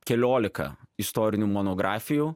keliolika istorinių monografijų